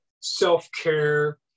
self-care